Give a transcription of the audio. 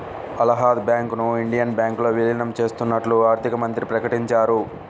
అలహాబాద్ బ్యాంకును ఇండియన్ బ్యాంకులో విలీనం చేత్తన్నట్లు ఆర్థికమంత్రి ప్రకటించారు